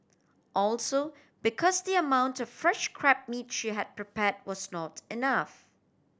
also because the amount of fresh crab meat she had prepare was not enough